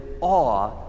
awe